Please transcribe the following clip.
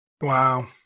Wow